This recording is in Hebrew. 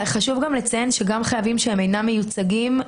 חשוב לציין שגם חייבים שאינם מיוצגים,